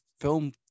film